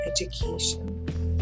Education